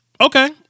Okay